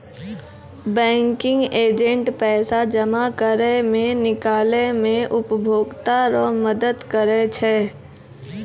banking agent पैसा जमा करै मे, निकालै मे उपभोकता रो मदद करै छै